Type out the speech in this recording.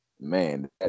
man